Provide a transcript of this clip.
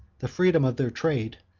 the freedom of their trade,